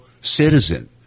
citizen